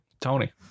Tony